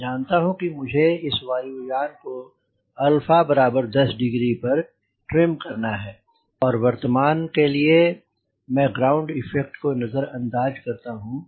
मैं जानता हूँ मुझे इस वायुयान को अल्फा १० डिग्री पर ट्रिम करना है और वर्त्तमान के लिए मैं ग्राउंड इफ़ेक्ट को नजर अंदाज करता हूँ